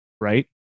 Right